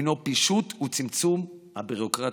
הינו פישוט וצמצום של הביורוקרטיה.